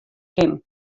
kin